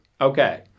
Okay